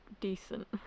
decent